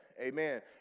Amen